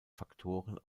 faktoren